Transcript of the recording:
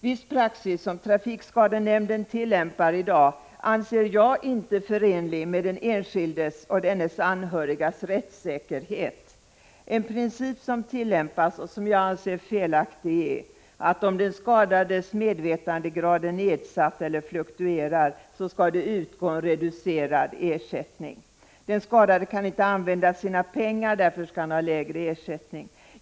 Viss praxis som Trafikskadenämnden tillämpar i dag anser jag inte förenlig med den enskildes och dennes anhörigas rättssäkerhet. En princip som tillämpas och som jag anser felaktig är att om den skadades medvetandegrad är nedsatt eller fluktuerar, skall det utgå en reducerad ersättning. Den skadade kan inte använda sina pengar — därför skall han ha lägre ersättning.